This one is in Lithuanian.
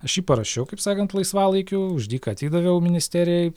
aš jį parašiau kaip sakant laisvalaikiu už dyką atidaviau ministerijai